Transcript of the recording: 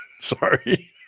Sorry